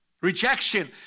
Rejection